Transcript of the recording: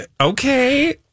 okay